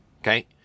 okay